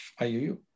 IUU